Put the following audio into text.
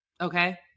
Okay